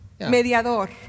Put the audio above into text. mediador